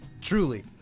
Truly